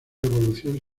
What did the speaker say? evolución